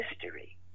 history